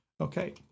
Okay